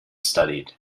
studied